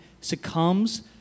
succumbs